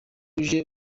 aje